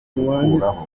gukuraho